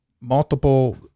multiple